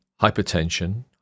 hypertension